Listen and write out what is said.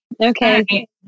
Okay